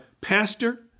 pastor